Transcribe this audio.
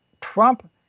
trump